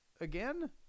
again